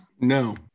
no